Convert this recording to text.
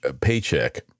paycheck